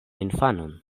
infanon